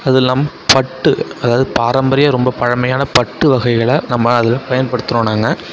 அது இல்லாமல் பட்டு அதாவது பாரம்பரிய ரொம்ப பழமையான பட்டு வகையில் நம்ம அதில் பயன்படுத்துகிறோம் நாங்கள்